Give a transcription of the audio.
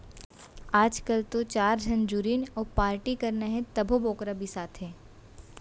आजकाल तो चार झन जुरिन अउ पारटी करना हे तभो बोकरा बिसाथें